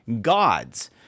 gods